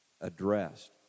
addressed